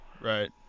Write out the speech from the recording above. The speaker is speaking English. Right